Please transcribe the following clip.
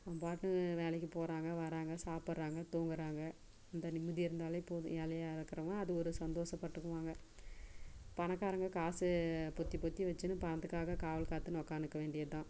அவங்க பாட்டு வேலைக்குப் போகிறாங்க வராங்க சாப்பிடுறாங்க தூங்குகிறாங்க இந்த நிம்மதி இருந்தாலே போதும் ஏழையாக இருக்கிறவன் அது ஒரு சந்தோஷப்பட்டுக்குவாங்க பணக்காரங்க காசு பொத்தி பொத்தி வச்சு பணத்துக்காக காவல் காத்துக்குனு உக்காந்துக்க வேண்டியது தான்